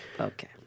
okay